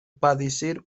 padecer